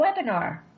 webinar